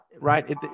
right